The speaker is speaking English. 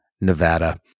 nevada